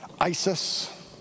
ISIS